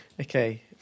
Okay